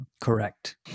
Correct